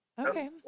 Okay